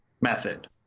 method